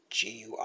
GUI